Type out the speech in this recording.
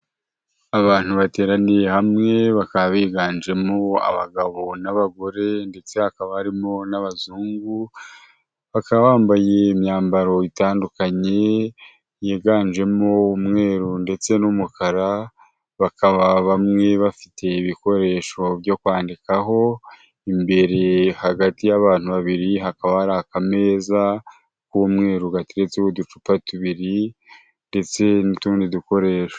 Abantu bateraniye hamwe, bakaba biganjemo abagabo n'abagore, ndetse hakaba harimo n'abazungu, bakaba bambaye imyambaro itandukanye, yiganjemo umweru ndetse n'umukara, bakaba bamwe bafite ibikoresho byo kwandikaho, imbere hagati y'abantu babiri, hakaba hari akameza k'umweru, gateretseho uducupa tubiri ndetse n'utundi dukoresho.